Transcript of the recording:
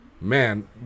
Man